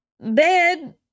bed